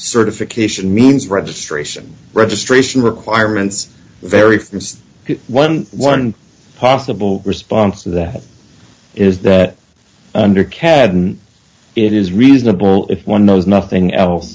certification means registration registration requirements vary from eleven possible response to that is that under cad it is reasonable if one knows nothing else